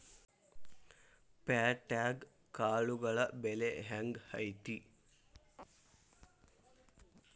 ಪ್ಯಾಟ್ಯಾಗ್ ಕಾಳುಗಳ ಬೆಲೆ ಹೆಂಗ್ ಐತಿ?